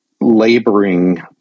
laboring